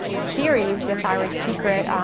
series, the thyroid secret,